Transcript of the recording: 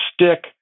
stick